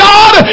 God